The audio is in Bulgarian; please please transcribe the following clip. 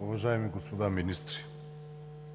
Уважаеми господин